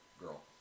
girl